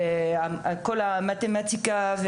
מתמטיקה,